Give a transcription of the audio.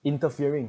interfering